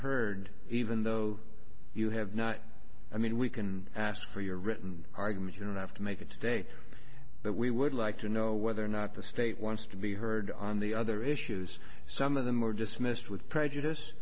heard even though you have not i mean we can ask for your written argument you don't have to make it today but we would like to know whether or not the state wants to be heard on the other issues some of them were dismissed with prejudice